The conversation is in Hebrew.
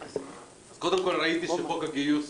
אז קודם כול, ראיתי שחוק הגיוס